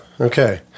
Okay